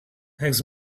eggs